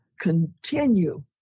continue